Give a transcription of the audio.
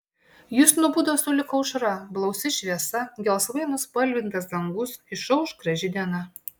jis nubudo sulig aušra blausi šviesa gelsvai nuspalvintas dangus išauš graži diena